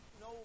no